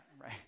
right